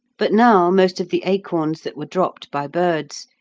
but now most of the acorns that were dropped by birds,